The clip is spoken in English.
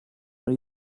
pre